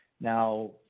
Now